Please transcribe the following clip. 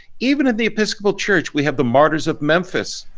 even in the episcopal church we have the martyrs of memphis.